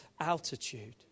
altitude